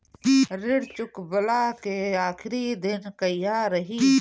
ऋण चुकव्ला के आखिरी दिन कहिया रही?